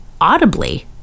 audibly